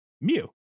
Mew